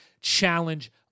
challenge